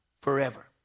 forever